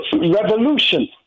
revolution